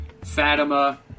Fatima